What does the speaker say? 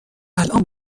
الان